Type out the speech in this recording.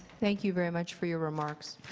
thank you very much for your remarks.